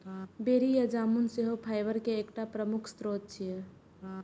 बेरी या जामुन सेहो फाइबर के एकटा प्रमुख स्रोत छियै